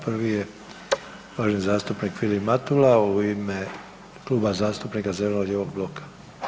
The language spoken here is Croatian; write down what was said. Prvi je uvaženi zastupnik Vilim Matula u ime Kluba zastupnika zeleno-lijevog bloka.